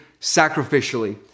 sacrificially